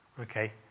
Okay